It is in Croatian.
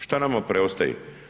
Šta nama preostaje?